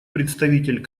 представитель